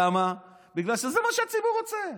למה, בגלל שזה מה שהציבור רוצה.